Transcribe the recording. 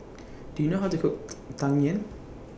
Do YOU know How to Cook Tang Yuen